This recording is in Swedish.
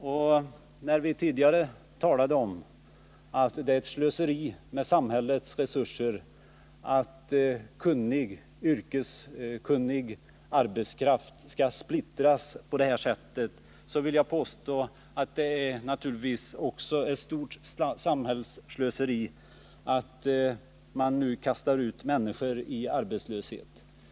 Jag talade tidigare om att det är ett slöseri med samhällets resurser att yrkeskunnig arbetskraft skall spolieras på detta sätt. Jag vill påstå att det naturligtvis också är ett stort samhällsslöseri att man nu kastar ut människor i arbetslöshet.